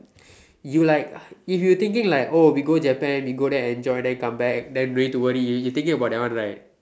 you like if you thinking like oh we go Japan we go there enjoy then come back then don't need to worry you thinking about that one right